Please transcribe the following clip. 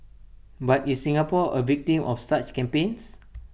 but is Singapore A victim of such campaigns